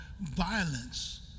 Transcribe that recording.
violence